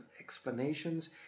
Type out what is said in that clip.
explanations